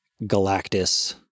Galactus